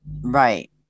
Right